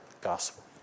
gospel